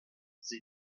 sie